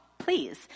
please